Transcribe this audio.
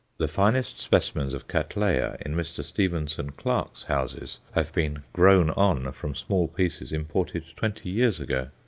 the finest specimens of cattleya in mr. stevenson clarke's houses have been grown on from small pieces imported twenty years ago.